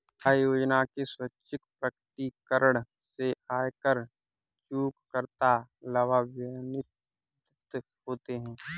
आय योजना के स्वैच्छिक प्रकटीकरण से आयकर चूककर्ता लाभान्वित होते हैं